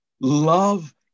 love